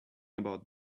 about